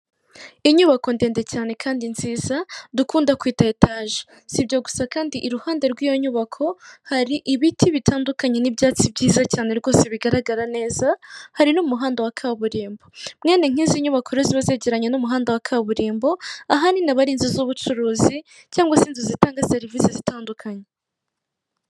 inyubako ndende cyane kandi nziza dukunda kwite etaje si ibyo gusa kandi iruhande rw'iyo nyubako hari ibiti bitandukanye n'ibyatsi byiza cyane rwose bigaragara neza hari n'umuhanda wa kaburimbo mwene nk'izi nyubako ziba zegeranye n'umuhanda wa kaburimbo ahanini aba inzu z'ubucuruzi cyangwa se inzu zitanga serivisi zitandukanye